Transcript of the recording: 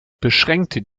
beschränkte